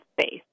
space